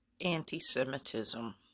anti-Semitism